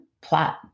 plot